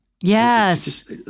Yes